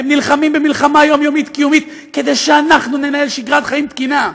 הם נלחמים מלחמה יומיומית קיומית כדי שאנחנו ננהל שגרת חיים תקינה.